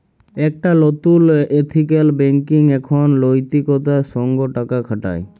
একট লতুল ethical banking এখন লৈতিকতার সঙ্গ টাকা খাটায়